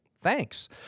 thanks